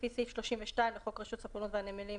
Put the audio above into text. לפי סעיף 32 לחוק רשות הספנות והנמלים,